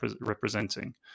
representing